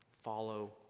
follow